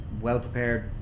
well-prepared